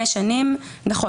נכון.